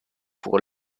pour